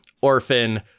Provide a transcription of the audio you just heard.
orphan